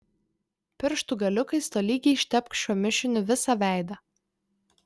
pirštų galiukais tolygiai ištepk šiuo mišiniu visą veidą